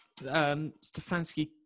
Stefanski